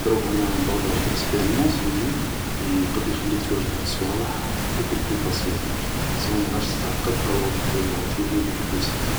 دروك عندنا آن بقاج دكسبريونس لي يقد يخليك تواجه هاد الصوالح بوكو بلو فاسيلمون سما ماراهاش تتعقد ألور كو راها تولي بوكو بلو سامبل